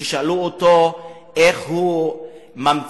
ששאלו אותו איך הוא ממציא,